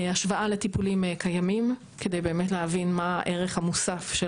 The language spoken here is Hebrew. השוואה לטיפולים קיימים כדי באמת להבין מה הערך המוסף של